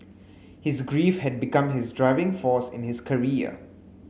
his grief had become his driving force in his career